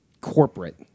corporate